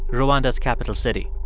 rwanda's capital city.